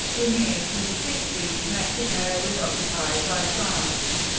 in the eighteen sixty s mexico was occupied by france,